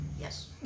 Yes